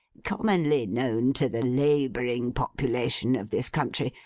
commonly known to the labouring population of this country,